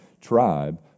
tribe